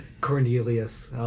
Cornelius